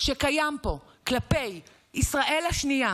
שקיים פה כלפי ישראל השנייה